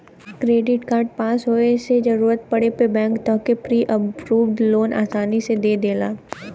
credit card पास होये से जरूरत पड़े पे बैंक तोहके प्री अप्रूव्ड लोन आसानी से दे देला